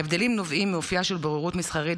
ההבדלים נובעים מאופייה של בוררות מסחרית